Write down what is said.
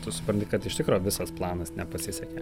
tu supranti kad iš tikro visas planas nepasisekė